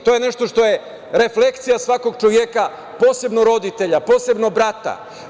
To je nešto je refleksija svakog čoveka, posebno roditelja, posebno brata.